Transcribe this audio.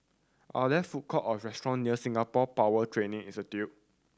are there food court or restaurant near Singapore Power Training Institute